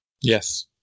Yes